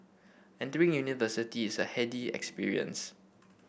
entering university is a heady experience